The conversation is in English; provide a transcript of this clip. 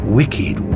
wicked